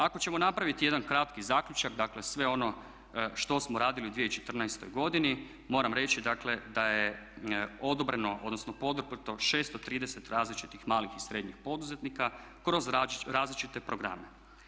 Ako ćemo napraviti jedan kratki zaključak, dakle sve ono što smo radili u 2014. godini, moram reći dakle da je odobreno, odnosno poduprto 630 različitih malih i srednjih poduzetnika kroz različite programe.